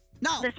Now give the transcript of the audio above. No